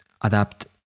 adapt